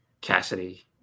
cassidy